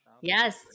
Yes